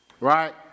right